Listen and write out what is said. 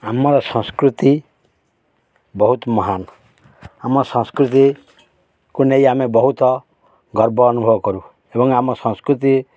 ଆମର ସଂସ୍କୃତି ବହୁତ ମହାନ ଆମ ସଂସ୍କୃତିକୁ ନେଇ ଆମେ ବହୁତ ଗର୍ବ ଅନୁଭବ କରୁ ଏବଂ ଆମ ସଂସ୍କୃତି